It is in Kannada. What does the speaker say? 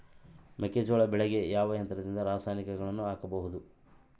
ಮೆಕ್ಕೆಜೋಳ ಬೆಳೆಗೆ ಯಾವ ಯಂತ್ರದಿಂದ ರಾಸಾಯನಿಕಗಳನ್ನು ಹಾಕಬಹುದು?